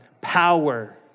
power